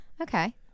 Okay